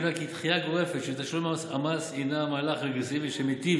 הינה כי דחייה גורפת של תשלום המס הינה מהלך רגרסיבי שמיטיב